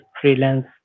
freelance